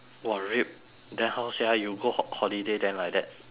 !wah! RIP then how sia you go ho~ holiday then like that